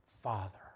Father